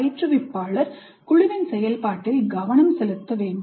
பயிற்றுவிப்பாளர் குழுவின் செயல்பாட்டில் கவனம் செலுத்த வேண்டும்